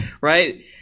Right